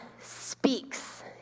speaks